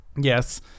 Yes